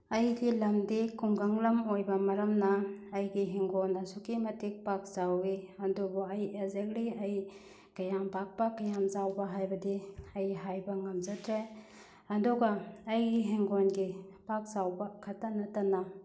ꯑꯩꯒꯤ ꯂꯝꯗꯤ ꯈꯨꯡꯒꯪ ꯂꯝ ꯑꯣꯏꯕ ꯃꯔꯝꯅ ꯑꯩꯒꯤ ꯏꯪꯈꯣꯜ ꯑꯁꯨꯛꯀꯤ ꯃꯇꯤꯛ ꯄꯥꯛ ꯆꯥꯎꯏ ꯑꯗꯨꯕꯨ ꯑꯩ ꯑꯦꯛꯖꯦꯛꯂꯤ ꯑꯩ ꯀꯌꯥꯝ ꯄꯥꯛꯄ ꯀꯌꯥꯝ ꯆꯥꯎꯕ ꯍꯥꯏꯕꯗꯤ ꯑꯩ ꯍꯥꯏꯕ ꯉꯝꯖꯗ꯭ꯔꯦ ꯑꯗꯨꯒ ꯑꯩꯒꯤ ꯏꯪꯈꯣꯜꯒꯤ ꯄꯥꯛ ꯆꯥꯎꯕ ꯈꯛꯇ ꯅꯠꯇꯅ